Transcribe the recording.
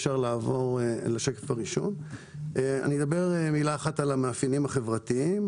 אומר משפט אחד על המאפיינים החברתיים,